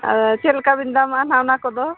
ᱪᱮᱫᱞᱮᱠᱟᱵᱤᱱ ᱫᱟᱢᱟᱜᱼᱟ ᱦᱟᱸᱜ ᱚᱱᱟᱠᱚᱫᱚ